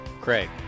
Craig